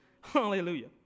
Hallelujah